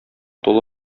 тулы